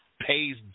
pays